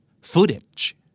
Footage